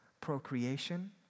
procreation